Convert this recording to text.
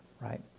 right